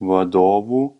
vadovų